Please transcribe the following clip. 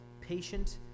patient